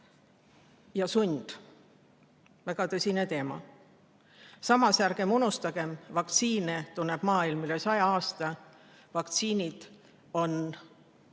ja sund – väga tõsine teema. Samas, ärgem unustagem, et vaktsiine tunneb maailm üle 100 aasta. Vaktsiinid on,